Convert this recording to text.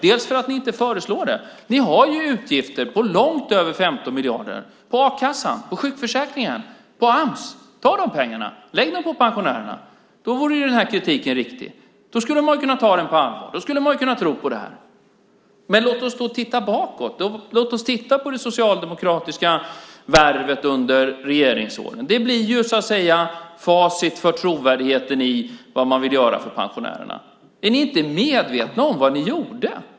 Ni föreslår inte det. Ni har utgifter på långt över 15 miljarder, på a-kassan, på sjukförsäkringen, på Ams. Ta de pengarna! Lägg dem på pensionärerna! Då vore den här kritiken riktig. Då skulle man kunna ta den på allvar. Då skulle man kunna tro på det här. Men låt oss titta bakåt. Låt oss titta på det socialdemokratiska värvet under regeringsåren. Det blir facit för trovärdigheten i vad man vill göra för pensionärerna. Är ni inte medvetna om vad ni gjorde?